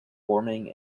forming